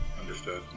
Understood